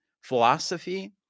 philosophy